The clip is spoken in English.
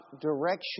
direction